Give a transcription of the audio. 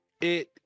it-